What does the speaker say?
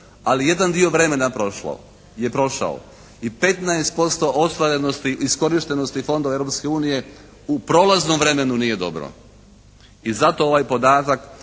Ali jedan dio vremena je prošao i 15% ostvarenosti, iskorištenosti fondova Europske unije u prolaznom vremenu nije dobro. I zato ovaj podatak